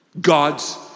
God's